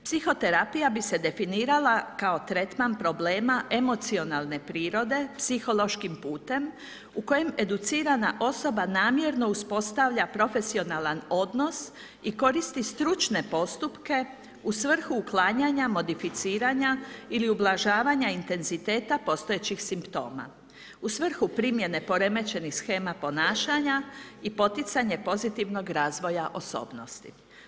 Psihoterapija bi se definirala kao tretman problema emocionalne prirode psihološkim putem u kojem educirana osoba namjerno uspostavlja profesionalan odnos i koristi stručne postupke u svrhu uklanjanja, modificiranja ili ublažavanja intenziteta postojećih simptoma u svrhu primjene poremećenih shema ponašanja i poticanja pozitivnog razvoja osobnosti.